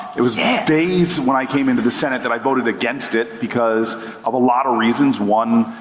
it was yeah days when i came into the senate that i voted against it, because of a lot of reasons. one,